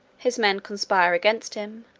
his men conspire against him,